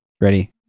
Ready